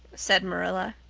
said marilla.